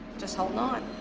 just holding on.